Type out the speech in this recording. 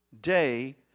day